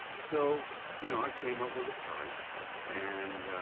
so you know i came up with a price and,